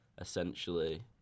essentially